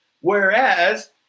whereas